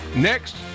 Next